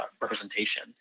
representation